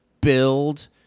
build